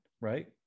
right